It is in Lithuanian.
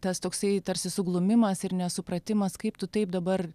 tas toksai tarsi suglumimas ir nesupratimas kaip tu taip dabar